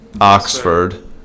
Oxford